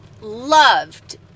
loved